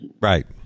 Right